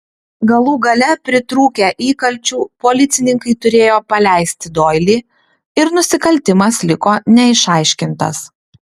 galų gale pritrūkę įkalčių policininkai turėjo paleisti doilį ir nusikaltimas liko neišaiškintas